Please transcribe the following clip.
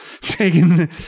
taking